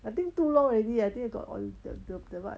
I think too long already eh I think I got oil the the what